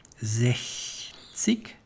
Sechzig